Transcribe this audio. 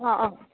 অ' অ'